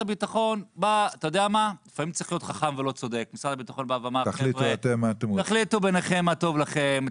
הביטחון בא ואמר תחליטו ביניכם מה טוב לכם,